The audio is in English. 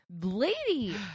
lady